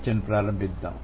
చర్చను ప్రారంభిద్దాం